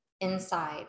inside